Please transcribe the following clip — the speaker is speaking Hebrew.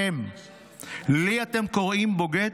אתם, לי אתם קוראים בוגד?